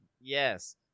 Yes